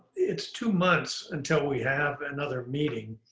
it's two months until we have another meeting.